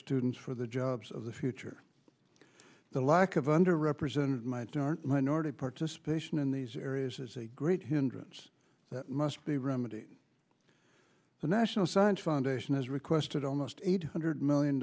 students for the jobs of the future the lack of under represented might minority participation in these areas is a great hindrance that must be remedied the national science foundation has requested almost eight hundred million